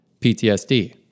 PTSD